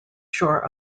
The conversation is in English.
shore